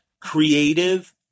creative